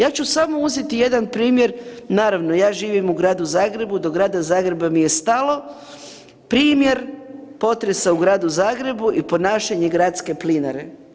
Ja ću samo uzeti jedan primjer, naravno ja živim u Gradu Zagrebu, do Grada Zagreba bi je stalo, primjer potresa u Gradu Zagrebu i ponašanje Gradske plinare.